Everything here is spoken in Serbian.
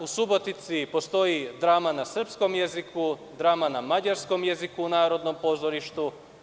U Subotici postoji drama na srpskom jeziku, drama na mađarskom jeziku u Narodnom pozorištu.